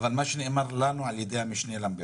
אבל נאמר לנו על ידי המשנה ליועץ המשפטי לממשלה,